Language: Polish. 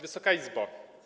Wysoka Izbo!